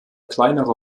kleinere